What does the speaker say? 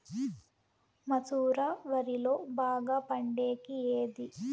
మసూర వరిలో బాగా పండేకి ఏది?